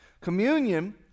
communion